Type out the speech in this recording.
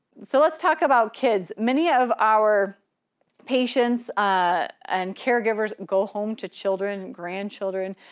so let's talk about kids. many of our patients and caregivers go home to children, grandchildren,